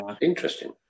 Interesting